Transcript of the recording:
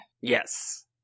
yes